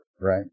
right